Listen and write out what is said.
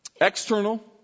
external